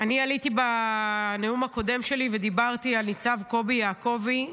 אני עליתי בנאום הקודם שלי ודיברתי על ניצב קובי יעקובי,